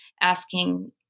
asking